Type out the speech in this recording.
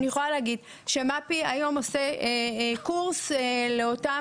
אני יכולה להגיד שמפ"י היום עושה קורס לאותם